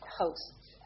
hosts